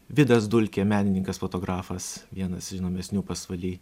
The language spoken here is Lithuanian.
vidas dulkė menininkas fotografas vienas žinomesnių pasvaly